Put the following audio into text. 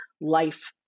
life